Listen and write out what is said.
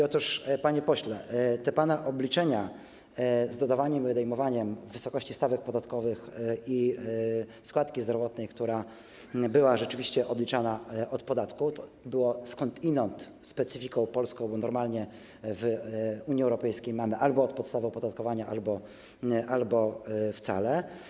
Otóż, panie pośle, te pana obliczenia z dodawaniem i odejmowaniem wysokości stawek podatkowych i składki zdrowotnej, która była rzeczywiście odliczana od podatku, co było skądinąd polską specyfiką, bo normalnie w Unii Europejskiej mamy albo od podstawy opodatkowania, albo wcale.